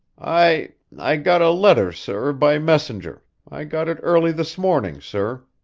i i got a letter, sir, by messenger. i got it early this morning, sir.